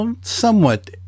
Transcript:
somewhat